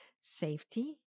safety